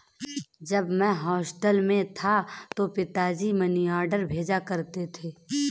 जब मैं हॉस्टल में था तो पिताजी मनीऑर्डर भेजा करते थे